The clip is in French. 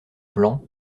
blanc